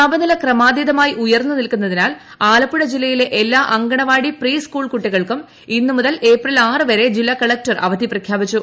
താപനില ക്രമാതീതമായി ഉയർന്നു നിൽക്കുന്നതിനാൽ ആലപ്പുഴ ജില്ലയിളെ എല്ലാ അങ്കണവാടി പ്രീ സ്കൂൾ കുട്ടികൾക്കും ഇന്നു മുതിൽ ഏപ്രിൽ ആറ് വരെ ജില്ലാ കളക്ടർ അവധി പ്രഖ്യാപിച്ചു